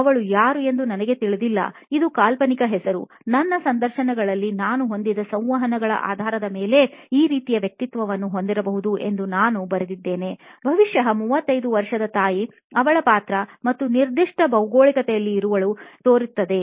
ಅವಳು ಯಾರು ಎಂದು ನನಗೆ ತಿಳಿದಿಲ್ಲ ಇದು ಕಾಲ್ಪನಿಕ ಹೆಸರು ನನ್ನ ಸಂದರ್ಶನಗಳಲ್ಲಿ ನಾನು ಹೊಂದಿದ್ದ ಸಂವಹನಗಳ ಆಧಾರದ ಮೇಲೆ ಈ ರೀತಿಯ ವ್ಯಕ್ತಿತ್ವವನ್ನು ಹೊಂದಿರಬಹುದು ಎಂದು ನಾನು ಬರೆದಿದ್ದೇನೆ ಬಹುಶಃ 35 ವರ್ಷದ ತಾಯಿ ಅವಳ ಪಾತ್ರ ಮತ್ತು ನಿರ್ದಿಷ್ಟ ಭೌಗೋಳಿಕತೆಯಲ್ಲಿ ಇರುವಳು ತೋರಿಸುತ್ತದೆ